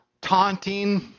taunting